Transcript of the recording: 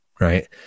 right